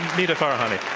nita farahany.